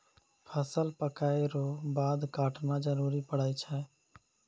फसल पक्कै रो बाद काटना जरुरी पड़ै छै